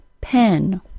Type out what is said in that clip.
pen